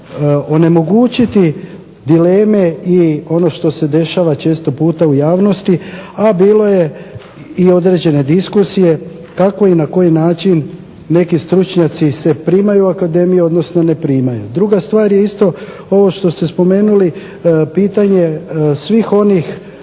onemogućiti dileme i ono što se dešava često puta u javnosti, a bilo je određene diskusije, kako i na koji način neki stručnjaci se primaju Akademije, odnosno ne primaju. Druga stvar je isto ovo što ste spomenuli pitanje svih onih